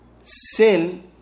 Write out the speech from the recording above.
sin